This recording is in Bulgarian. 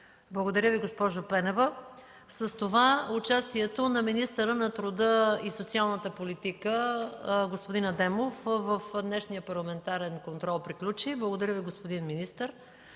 Благодаря Ви, госпожо Пенева. С това участието на министъра на труда и социалната политика господин Адемов в днешния парламентарен контрол приключи. Благодаря Ви, господин министър.